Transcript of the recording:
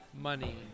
money